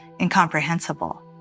incomprehensible